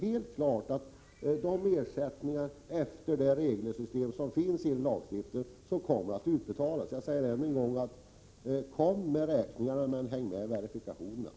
Helt klart kommer ersättning att utbetalas i enlighet med det regelsystem som finns i lagen. Jag säger än en gång: Kom med räkningarna, men häng med verifikationerna!